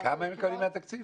כמה הם מקבלים מהתקציב?